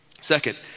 second